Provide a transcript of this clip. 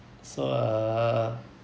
so uh